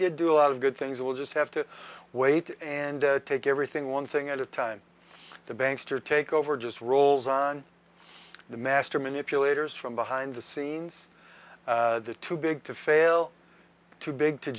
did do a lot of good things will just have to wait and take everything one thing at a time the banks to take over just rolls on the master manipulators from behind the scenes the too big to fail too big to